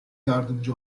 yardımcı